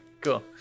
cool